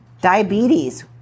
Diabetes